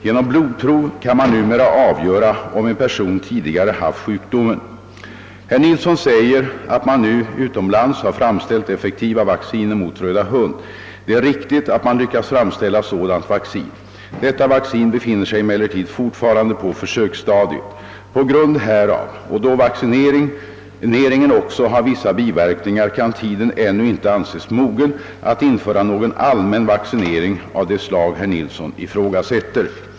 Genom blodprov kan man numera avgöra om en person tidigare haft sjukdomen. Herr Nilsson säger att man nu utomlands har framställt effektiva vacciner mot röda hund. Det är riktigt att man lyckats framställa sådant vaccin. Detta vaccin befinner sig emellertid fortfarande på försöksstadiet. På grund härav och då vaccineringen också har vissa biverkningar kan tiden ännu inte anses mogen att införa någon allmän vaccinering av det slag herr Nilsson ifrågasätter.